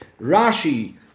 Rashi